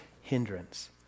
hindrance